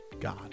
God